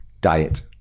diet